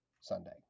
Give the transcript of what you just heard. Sunday